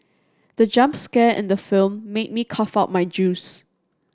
the jump scare in the film made me cough out my juice